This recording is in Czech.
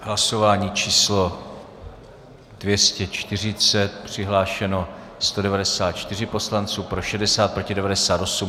Hlasování číslo 240, přihlášeno 194 poslanců, pro 60, proti 98.